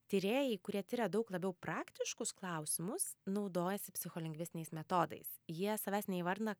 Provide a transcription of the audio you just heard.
tyrėjai kurie tiria daug labiau praktiškus klausimus naudojasi psicholingvistiniais metodais jie savęs neįvardina